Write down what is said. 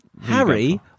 Harry